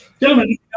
Gentlemen